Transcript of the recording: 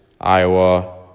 Iowa